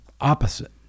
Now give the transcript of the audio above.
opposite